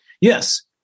Yes